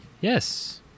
Yes